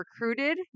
recruited